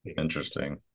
interesting